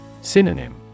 Synonym